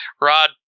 Rod